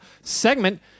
segment